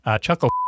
Chuckle